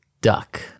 duck